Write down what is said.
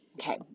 Okay